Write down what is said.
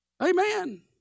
Amen